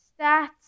stats